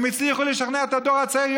הם הצליחו לשכנע את הדור הצעיר.